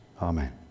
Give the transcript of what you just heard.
Amen